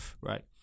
Right